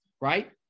right